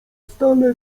stale